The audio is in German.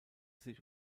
sich